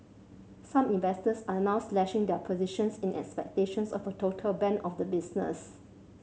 some investors are now slashing their positions in expectations of a total ban of the business